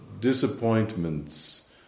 disappointments